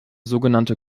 sogenannte